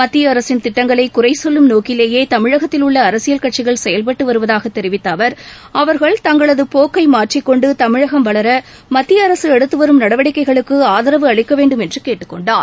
மத்திய அரசின் திட்டங்களை குறை சொல்லும் நோக்கிலேயே தமிழகத்தில் உள்ள அரசியல் கட்சிகள் செயல்பட்டு வருவதாக தெரிவித்த அவர் அவர்கள் தங்களது போக்கை மாற்றிக்கொண்டு தமிழகம் வளர மத்திய அரசு எடுத்து வரும் நடவடிக்கைஞக்கு ஆதரவு அளிக்க வேண்டும் என்று கேட்டுக்கொண்டார்